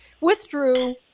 Withdrew